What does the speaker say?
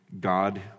God